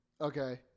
Okay